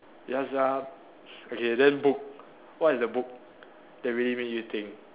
ya sia okay then book what is the book that really make you think